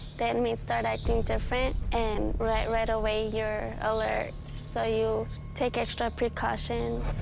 the inmates start acting different and, right right away you're alert so you take extra precaution.